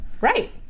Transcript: Right